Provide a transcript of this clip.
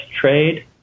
trade